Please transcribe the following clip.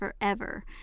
forever